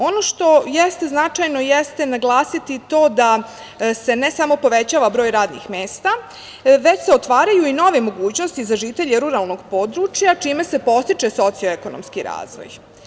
Ono što jeste značajno jeste naglasiti to da se ne samo povećava broj radnih mesta, već se otvaraju nove mogućnosti za žitelje ruralnog područja čime se podstiče socioekonomski razvoj.